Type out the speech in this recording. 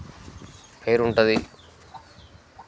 పేరుంటుంది